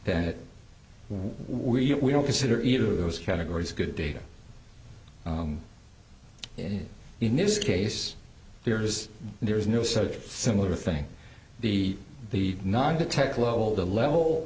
that we don't consider either of those categories good data in in this case there is there is no such similar thing the the non detect lol the level